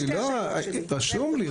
רשום לי,